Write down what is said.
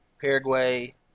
Paraguay